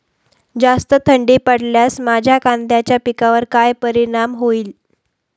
जास्त थंडी पडल्यास माझ्या कांद्याच्या पिकावर काय परिणाम होईल?